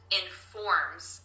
informs